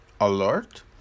alert